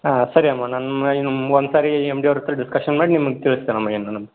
ಹಾಂ ಸರಿ ಅಮ್ಮ ನಾನು ಇನ್ನು ಒಂದು ಸಾರೀ ಎಮ್ ಡಿ ಅವ್ರಹತ್ರ ಡಿಸ್ಕಷನ್ ಮಾಡಿ ನಿಮ್ಗೆ ತಿಳಿಸ್ತೀನ್ ಅಮ್ಮ ಏನು ಅನ್ನೋದು